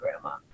grandma